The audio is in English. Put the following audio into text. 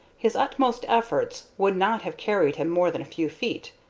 his utmost efforts would not have carried him more than a few feet,